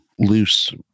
Loose